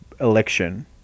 election